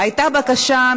עוד דבר אחד,